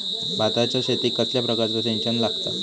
भाताच्या शेतीक कसल्या प्रकारचा सिंचन लागता?